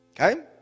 Okay